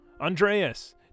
Andreas